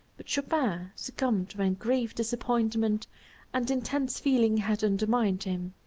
but chopin succumbed when grief, disappointment and intense feeling had undermined him.